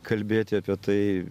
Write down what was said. kalbėti apie tai